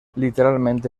literalmente